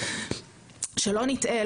שלא נטעה,